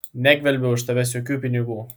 negvelbiau iš tavęs jokių pinigų